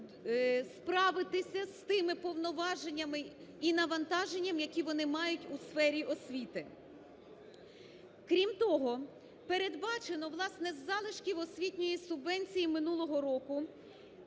справитися з тими повноваженнями і навантаженнями, які вони мають у сфері освіти. Крім того, передбачено, власне, з залишків освітньої субвенції минулого року